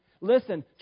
Listen